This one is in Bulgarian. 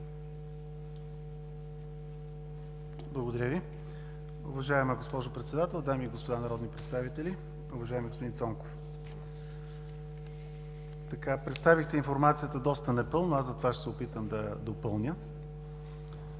Благодаря Ви. Уважаема госпожо Председател, дами и господа народни представители! Уважаеми господин Цонков, представихте информацията доста непълно, аз затова ще се опитам да я допълня.